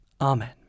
Amen